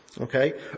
Okay